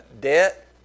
debt